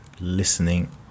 listening